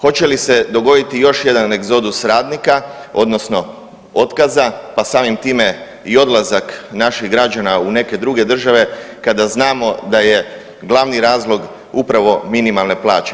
Hoće li se dogoditi još jedan egzodus radnika odnosno otkaza pa samim time i odlazak naših građana u neke druge države kada znamo da je glavni razlog upravo minimalne plaće.